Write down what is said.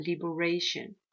liberation